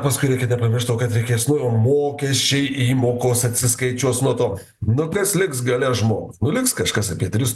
paskui reikia nepamiršt to kad reikės nu jau mokesčiai įmokos atsiskaičiuos nuo to nu kas liks gale žmogui nu liks kažkas apie tris